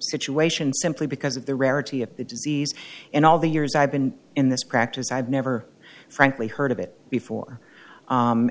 situation simply because of the rarity of the disease in all the years i've been in this practice i've never frankly heard of it before